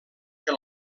que